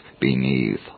beneath